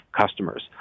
customers